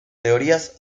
teorías